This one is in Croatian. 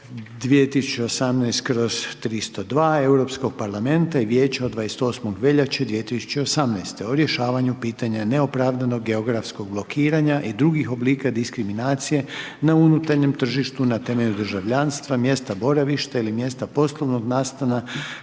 2018/302 EU parlamenta i Vijeća od 28.02.2018. od rješavanju pitanja neopravdanog geografskog blokiranja i drugih oblika diskriminacije na unutarnjem tržištu na temelju državljanstva, mjesta boravišta ili mjesta poslovnog nastana